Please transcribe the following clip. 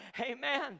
Amen